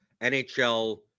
NHL